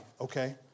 Okay